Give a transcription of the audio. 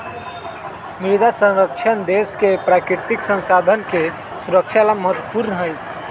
मृदा संरक्षण देश के प्राकृतिक संसाधन के सुरक्षा ला महत्वपूर्ण हई